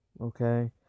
okay